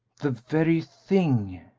the very thing!